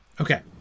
Okay